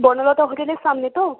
বনলতা হোটেলের সামনে তো